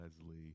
Leslie